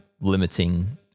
limiting